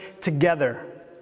together